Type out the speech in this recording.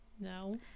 no